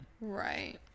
Right